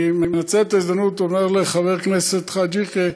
אני מנצל את ההזדמנות ואומר לחבר הכנסת חאג' יחיא: